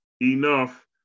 enough